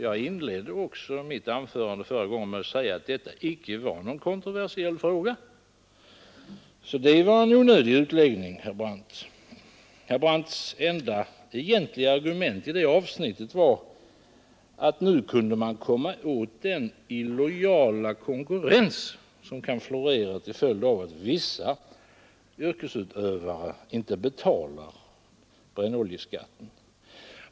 Jag inledde också mitt förra anförande med att säga att detta inte var någon kontroversiell fråga, så det var en onödig utläggning, herr Brandt. Herr Brandts enda egentliga argument i det avsnittet var att nu måste man komma åt den illojala konkurrens som kan florera till följd av att vissa yrkesutövare inte betalar brännoljeskatten.